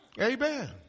Amen